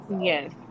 yes